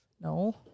No